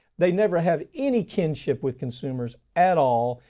they never have any kinship with consumers at all.